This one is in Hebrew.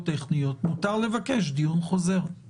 ותודה לממ"מ ולייעוץ המשפטי שמציגים את זה.